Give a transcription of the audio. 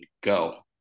go